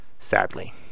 Sadly